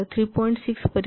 6 पर्यंतच्या 319 वरून हे 1